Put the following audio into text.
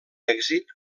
èxit